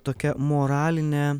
tokia moralinė